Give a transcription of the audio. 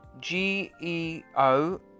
GEO